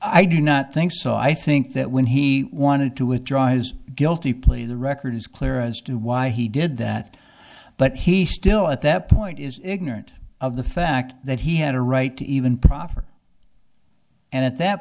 i do not think so i think that when he wanted to withdraw his guilty plea the record is clear as to why he did that but he still at that point is ignorant of the fact that he had a right to even proffer and at that